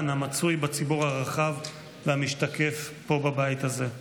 המצוי בציבור הרחב והמשתקף פה בבית הזה.